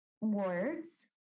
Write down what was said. words